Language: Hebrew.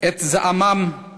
להביע